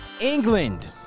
England